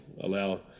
Allow